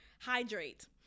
Hydrate